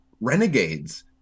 renegades